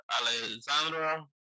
Alexandra